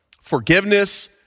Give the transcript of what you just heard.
forgiveness